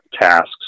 tasks